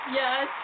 yes